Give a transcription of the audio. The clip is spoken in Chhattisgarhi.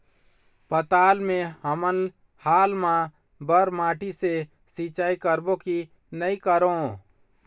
पताल मे हमन हाल मा बर माटी से सिचाई करबो की नई करों?